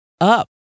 up